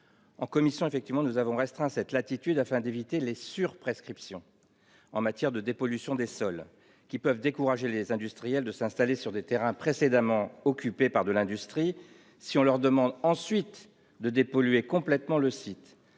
En commission, nous avons restreint cette latitude afin d'éviter les « surprescriptions » en matière de dépollution des sols, qui peuvent décourager les industriels de s'installer sur des terrains précédemment occupés par de l'industrie si on leur demande ensuite de dépolluer complètement le site.